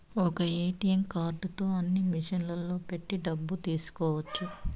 ఒక్క ఏటీఎం కార్డుతో అన్ని మిషన్లలో పెట్టి డబ్బులు తీసుకోవచ్చు